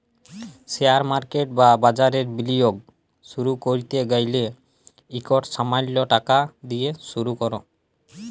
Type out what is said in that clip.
share market বা বাজারে বিলিয়গ শুরু ক্যরতে গ্যালে ইকট সামাল্য টাকা দিঁয়ে শুরু কর